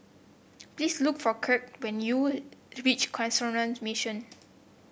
please look for Crete when you reach Canossian Mission